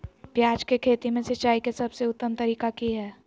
प्याज के खेती में सिंचाई के सबसे उत्तम तरीका की है?